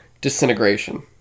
Disintegration